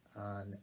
on